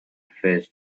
fizz